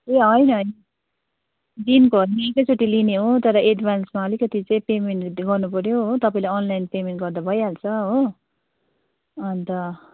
ए होइन होइन दिनको हामी एकैचोटि लिने हो तर एडभान्समा अलिकति चाहिँ पेमेन्टहरू गर्नुपऱ्यो हो तपाईँले अनलाइन पेमेन्ट गर्दा भइहाल्छ हो अन्त